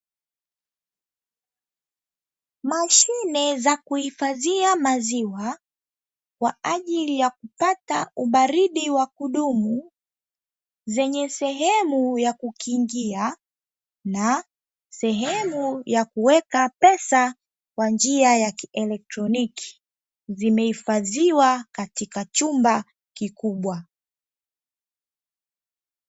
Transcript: Mashine za kuhifadhia maziwa kwa ajili ya kupata ubaridi wa kudumu, zenye sehemu ya kukingia na sehemu ya kuweka kwa njia ya kielektroniki. Zimehifadhiwa katika chumba kikubwa.